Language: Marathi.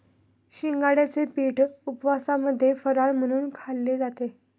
शिंगाड्याचे पीठ उपवासामध्ये फराळ म्हणून खाल्ले जातात